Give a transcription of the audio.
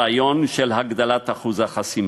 הרעיון של הגדלת אחוז החסימה.